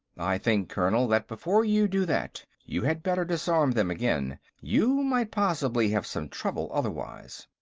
i think, colonel, that before you do that, you had better disarm them again. you might possibly have some trouble, otherwise.